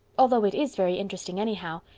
although it is very interesting anyhow.